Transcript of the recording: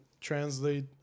translate